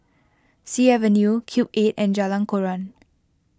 Sea Avenue Cube eight and Jalan Koran